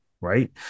right